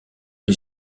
les